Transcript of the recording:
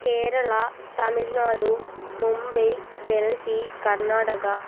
Keralam Tamil Nadu Mumbai Delhi Karnataka